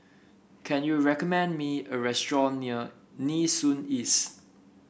can you recommend me a restaurant near Nee Soon East